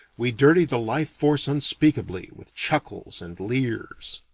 we dirty the life-force unspeakably, with chuckles and leers.